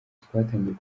twatangiye